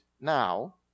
now